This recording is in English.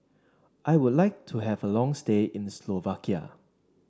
I would like to have a long stay in Slovakia